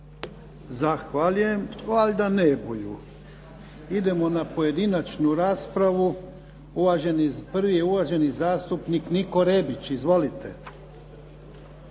Zahvaljujem. Valjda ne buju. Idemo na pojedinačnu raspravu. Prvi je uvaženi zastupnik Niko Rebić. Izvolite.